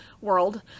world